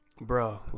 bro